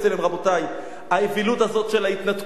רבותי, האווילות הזאת של ההתנתקות,